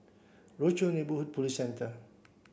Rochor Neighborhood Police Centre